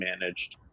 managed